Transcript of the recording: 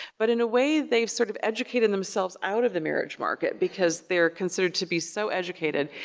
but in a way they've sort of educated themselves out of the marriage market because they're considered to be so educated.